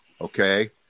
Okay